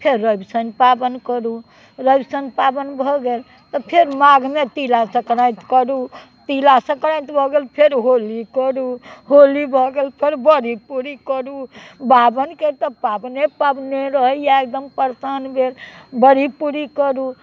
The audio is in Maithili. फेर रवि शनि पाबनि करू रवि शनि पाबनि भऽ गेल तऽ फेर माघमे तिलासङ्क्रान्ति करू तिलासङ्क्रान्ति भऽ गेल फेर होली करू होली भऽ गेल फेर बड़ी पूड़ी करू बाभनके तऽ पाबने पाबने रहैया एकदम परेशान भेल बड़ी पूड़ी करू